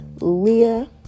leah